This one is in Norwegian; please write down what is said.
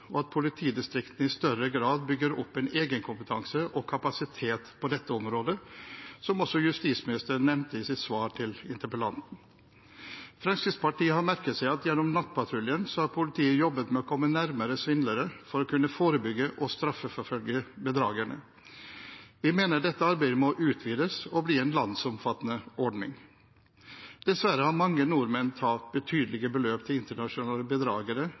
og at politidistriktene i større grad bygger opp en egenkompetanse og kapasitet på dette området, som også justisministeren nevnte i sitt svar til interpellanten. Fremskrittspartiet har merket seg at gjennom nettpatruljen har politiet jobbet med å komme nærmere svindlere for å kunne forebygge og straffeforfølge bedragerne. Vi mener dette arbeidet må utvides og bli en landsomfattende ordning. Dessverre har mange nordmenn tapt betydelige beløp til internasjonale bedragere,